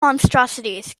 monstrosities